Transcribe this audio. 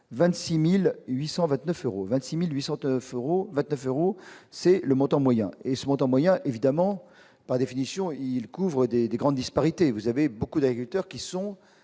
26809 euros 29 euros c'est le montant moyen et ce montant moyen évidemment par définition, il couvre des des grandes disparités : vous avez beaucoup d'acteurs qui sont